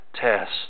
test